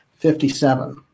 57